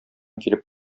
килеп